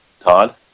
Todd